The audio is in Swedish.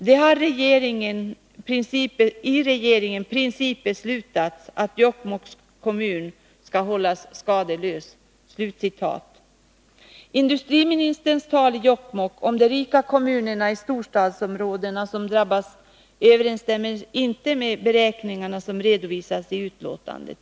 Det har i regeringen principbeslutats att Jokkmokks kommun ska hållas skadeslös.” Industriministerns tal i Jokkmokk om de rika kommunerna i storstadsområdena som drabbas överensstämmer inte med beräkningarna som redovisas i betänkandet.